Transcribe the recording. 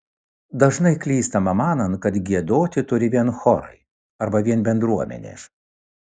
dažnai klystama manant kad giedoti turi vien chorai arba vien bendruomenė